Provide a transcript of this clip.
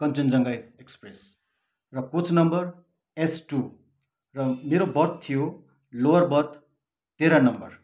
Kanchenjunga express र coach number S two र मेरो बर्थ थियो लोअर बर्थ तेह्र नम्बर